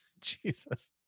Jesus